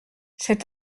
cet